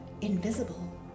invisible